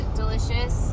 delicious